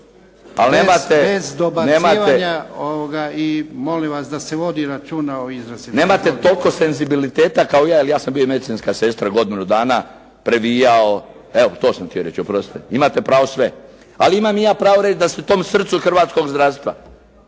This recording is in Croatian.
Bez dobacivanja i molim vas da se vodi računa o izrazima. Izvolite. **Milinović, Darko (HDZ)** Nemate toliko senzibiliteta kao ja, jer ja sam bio i medicinska sestra godinu dana, previjao. Evo, to sam htio reći, oprostite. Imate pravo sve. Ali imam i ja pravo reći da se tom srcu hrvatskog zdravstva,